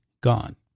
gone